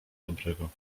dobrego